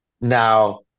Now